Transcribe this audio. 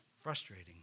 Frustrating